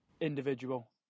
individual